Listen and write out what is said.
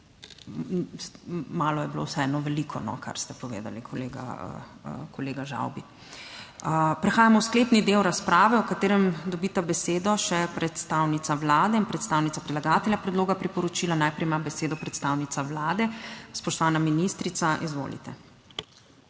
malo je bilo vseeno veliko, kar ste povedali kolega, kolega Žavbi. Prehajamo v sklepni del razprave v katerem dobita besedo še predstavnica Vlade in predstavnica predlagatelja predloga priporočila. Najprej ima besedo predstavnica Vlade, spoštovana ministrica. Izvolite.